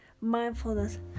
Mindfulness